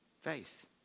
Faith